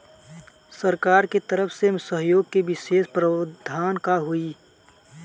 सरकार के तरफ से सहयोग के विशेष प्रावधान का हई?